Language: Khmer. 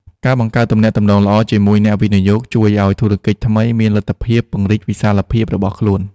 ការបង្កើតទំនាក់ទំនងល្អជាមួយអ្នកវិនិយោគជួយឱ្យធុរកិច្ចថ្មីមានលទ្ធភាពពង្រីកវិសាលភាពរបស់ខ្លួន។